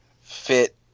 fit